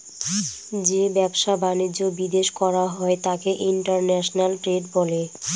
যে ব্যবসা বাণিজ্য বিদেশ করা হয় তাকে ইন্টারন্যাশনাল ট্রেড বলে